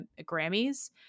Grammys